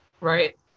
Right